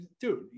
dude